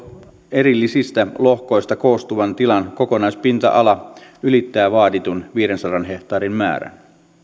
erillisistä lohkoista koostuvan tilan kokonaispinta ala ylittää vaaditun viidensadan hehtaarin määrän